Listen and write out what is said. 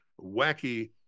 wacky